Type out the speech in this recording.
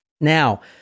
Now